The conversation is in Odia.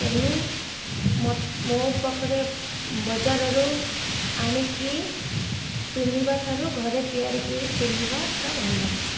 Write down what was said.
ଏଣୁ ମୋ ପାଖରେ ବଜାରରୁ ଆଣିକି ପିନ୍ଧିବା ଠାରୁ ଘରେ ତିଆରିିକି ପିନ୍ଧିବାଟା ଭଲ ଲାଗୁଛି